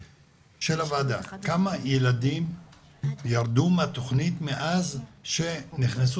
כמה ילדים ירדו מהתוכנית מאז שזה השתנה?